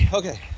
okay